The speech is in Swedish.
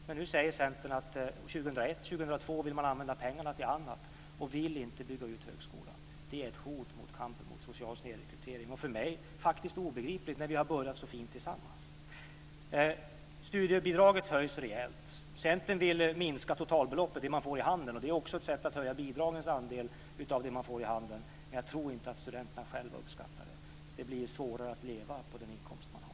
Men nu säger Centern att man år 2001 och 2002 vill använda pengarna till annat och inte vill bygga ut högskolan. Det är ett hot mot kampen mot social snedrekrytering och för mig faktiskt obegripligt när vi har börjat så fint tillsammans. Studiebidraget höjs rejält. Centern vill minska totalbeloppet, det som man får i handen. Det är också ett sätt att höja bidragens andel av det som man får i handen. Men jag tror inte att studenterna själva uppskattar det. Det blir svårare att leva på den inkomst man har.